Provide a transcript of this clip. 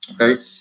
Okay